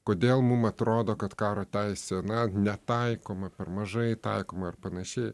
kodėl mum atrodo kad karo teisė na netaikoma per mažai taikoma ir panašiai